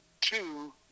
two